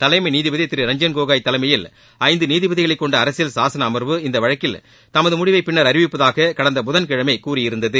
தலைமை நீதிபதி திரு ரஞ்சன் கோகோய் தலைமையில் ஐந்து நீதிபதிகளைக் கொண்ட அரசியல் சாசன அமர்வு இந்த வழக்கில் தனது முடிவை பின்னர் அறிவிப்பதாக கடந்த புதன்கிழமை கூறியிருந்தது